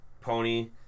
pony